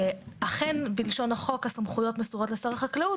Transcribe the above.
אכן בלשון החוק הסמכויות מסורות לשר החקלאות,